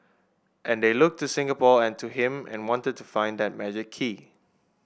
and they looked to Singapore and to him and wanted to find that magic key